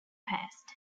passed